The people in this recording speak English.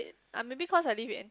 ah maybe cause I live in